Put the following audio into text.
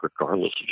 regardless